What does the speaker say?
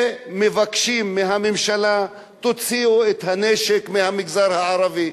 ומבקשים מהממשלה: תוציאו את הנשק מהמגזר הערבי.